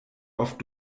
oft